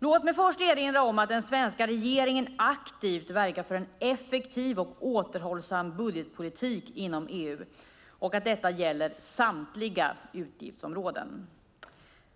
Låt mig först erinra om att den svenska regeringen aktivt verkar för en effektiv och återhållsam budgetpolitik inom EU och att detta gäller samtliga utgiftsområden.